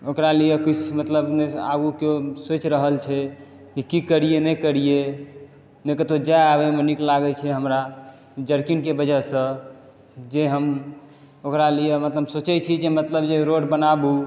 ओकरा लिए मतलब किछु आगू सोचि रहल छै की की करियै नहि करियै नहि कतौ जाए आबयमे नीक लागै छै हमरा जर्किंग के वजहसँ जे हम ओकरा लिए मतलब सोचै छी मतलब जे रोड बनाबू